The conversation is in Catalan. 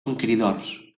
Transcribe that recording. conqueridors